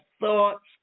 thoughts